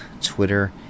Twitter